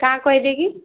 କାଁ କହିବେ କି